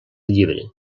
llibre